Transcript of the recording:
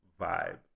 vibe